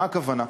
מה הכוונה?